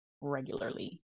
regularly